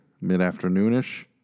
mid-afternoon-ish